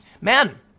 Man